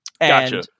Gotcha